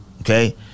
Okay